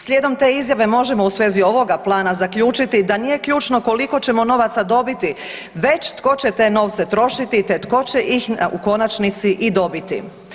Slijedom te izjave možemo u svezi ovoga plana zaključiti da nije ključno koliko ćemo novaca dobiti već tko će te novce trošiti, te tko će ih u konačnici i dobiti.